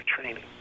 training